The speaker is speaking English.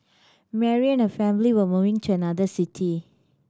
Mary and her family were moving to another city